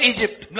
Egypt